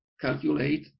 calculate